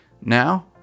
Now